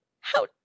How